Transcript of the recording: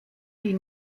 die